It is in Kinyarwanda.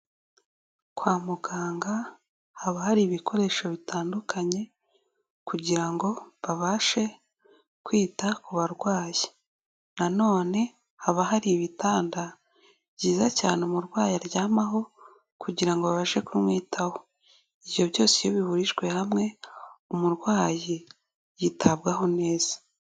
Kwa muganga haba hari ibikoresho bitandukanye kugira ngo babashe kwita ku barwayi, na none haba hari ibitanda byiza cyane umurwayi aryamaho kugira ngo babashe kumwitaho, ibyo byose iyo bihurijwe hamwe umurwayi bitabwaho neza.